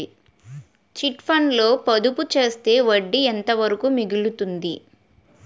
Chit funds లో పొదుపు చేస్తే వడ్డీ ఎంత వరకు మిగులుతుంది?